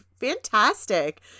fantastic